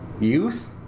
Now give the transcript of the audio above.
youth